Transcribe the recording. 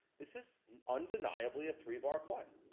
this is undeniably a three bar play.